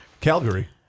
Calgary